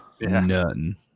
None